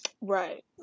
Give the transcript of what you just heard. Right